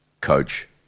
coach